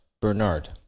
Bernard